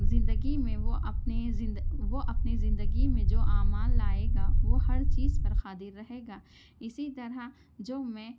زندگی میں وہ اپنی وہ اپنے زندگی میں جو اعمال لائے گا وہ ہر چیز پر قادر رہے گا اسی طرح جو میں